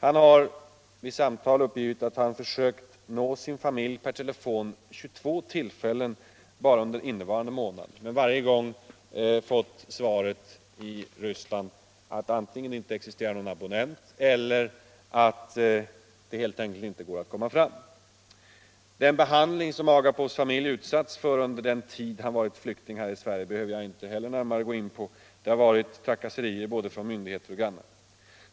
Han har vid samtal uppgivit att han försökt nå sin familj per telefon vid 22 tillfällen bara under innevarande månad, men bara fått svaret i Ryssland att det antingen inte existerar någon abonnent eller att det helt enkelt inte går att komma fram. Den behandling som Agapovs familj utsatts för under den tid han varit flykting här i Sverige behöver jag inte heller närmare gå in på. Det har varit trakasserier från både myndigheter och grannar.